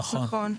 נכון.